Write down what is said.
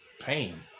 Pain